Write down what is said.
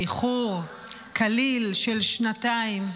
באיחור קליל של שנתיים,